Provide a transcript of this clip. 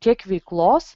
tiek veiklos